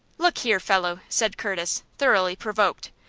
look here, fellow, said curtis, thoroughly provoked,